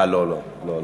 לא, לא.